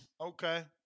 Okay